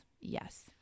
Yes